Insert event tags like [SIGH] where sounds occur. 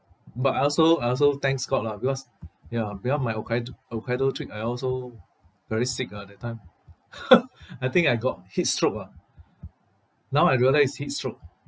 but I also I also thanks god lah because ya because my hokkaid~ hokkaido trip I also very sick ah that time [LAUGHS] I think I got heatstroke ah now I realised it's heatstroke